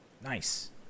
nice